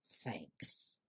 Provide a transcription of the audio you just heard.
thanks